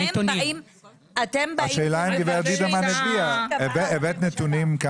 אם אתם מבקשים,